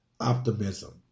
optimism